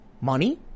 Money